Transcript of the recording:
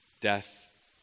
death